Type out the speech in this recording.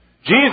Jesus